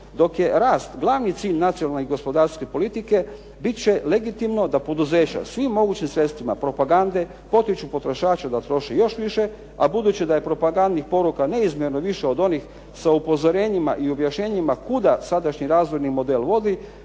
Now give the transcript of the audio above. Dok je rast glavni cilj nacionalne gospodarske politike bit će legitimno da poduzeća svim mogućim sredstvima propagande potiču potrošače da troše još više, a budući da je propagandnih poruka neizmjerno više od onih sa upozorenjima i objašnjenjima kuda sadašnji razvojni model vodi,